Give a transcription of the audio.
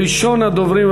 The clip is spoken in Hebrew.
ראשון הדוברים,